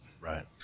Right